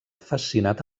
fascinat